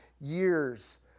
years